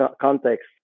context